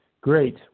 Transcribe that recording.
great